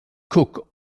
cook